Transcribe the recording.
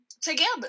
together